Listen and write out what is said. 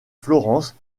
florence